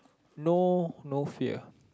no no fear